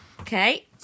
Okay